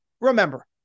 remember